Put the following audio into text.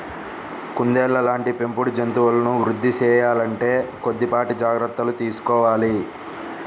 కుందేళ్ళ లాంటి పెంపుడు జంతువులను వృద్ధి సేయాలంటే కొద్దిపాటి జాగర్తలు తీసుకోవాలి